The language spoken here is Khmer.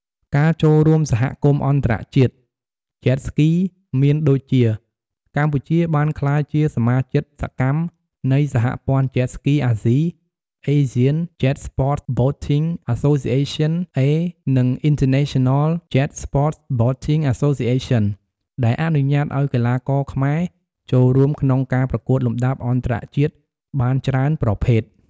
ការចូលរួមសហគមន៍អន្តរជាតិ Jet Ski មានដូចជាកម្ពុជាបានក្លាយជាសមាជិកសកម្មនៃសហព័ន្ធ Jet Ski អាស៊ី Asian Jet Sports Boating Association A និង International Jet Sports Boating Association ដែលអនុញ្ញាតឲ្យកីឡាករខ្មែរចូលរួមក្នុងការប្រកួតលំដាប់អន្តរជាតិបានច្រើនប្រភេទ។